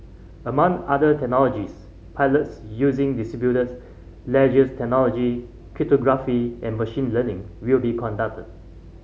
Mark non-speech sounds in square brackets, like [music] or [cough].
among other technologies pilots using [unintelligible] ledgers technology cryptography and machine learning will be conducted